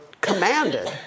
commanded